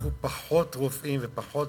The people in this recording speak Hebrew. ויצטרכו פחות רופאים ופחות